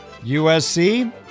USC